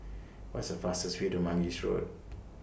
What IS The fastest Way to Mangis Road